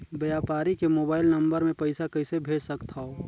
व्यापारी के mobile number मे पईसा कइसे भेज सकथव?